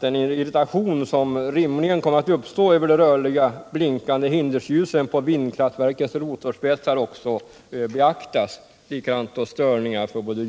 den irritation som rimligen kommer att uppstå över de rörliga, blinkande hindersljusen på vindkraftverkens rotorspetsar också bör beaktas.